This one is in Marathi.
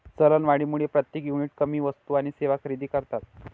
चलनवाढीमुळे प्रत्येक युनिट कमी वस्तू आणि सेवा खरेदी करतात